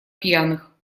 пьяных